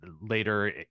later